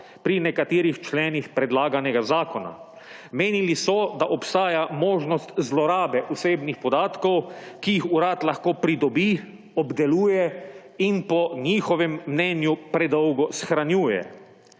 pri nekaterih členih predlaganega zakona. Menili so, da obstaja možnost zlorabe osebnih podatkov, ki jih urad lahko pridobi, obdeluje in po njihovem mnenju predolgo shranjuje.